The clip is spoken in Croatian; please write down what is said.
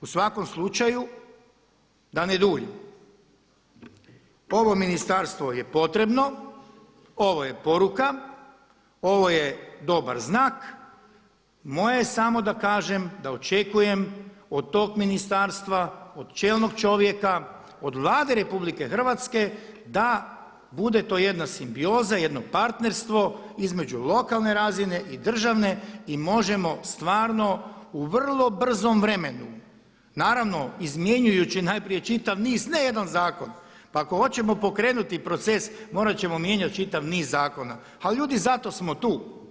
U svakom slučaju da ne duljim, ovo ministarstvo je potrebno, ovo je poruka, ovo je dobar znak, moje je samo da kažem da očekujem od tog ministarstva, od čelnog čovjeka, od Vlade RH da bude to jedna simbioza, jedno partnerstvo između lokalne razine i državne i možemo stvarno u vrlo brzom vremenu, naravno izmjenjujući najprije čitav niz, ne jedan zakon, pa ako hoćemo pokrenuti proces morati ćemo mijenjati čitav niz zakona ali ljudi zato smo tu.